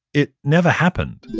it never happened.